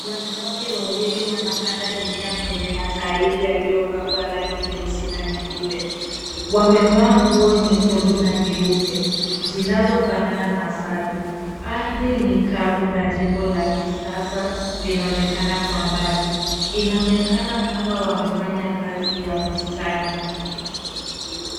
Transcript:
Wanawake wawili wanapanda mimea kwenye matairi yaliyopakwa rangi nyeusi na nyeupe. Wamevaa nguo nyekundu na nyeupe zinazofanana na sare. Ardhi ni kavu na jengo la kisasa linaonekana kwa mbali. Inaonekana kama wanafanya kazi ya bustani.